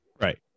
Right